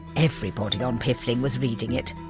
everybody on piffling was reading it!